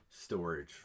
storage